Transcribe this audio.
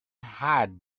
had